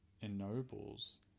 ennobles